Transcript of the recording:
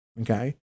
okay